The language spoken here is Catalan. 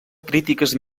crítiques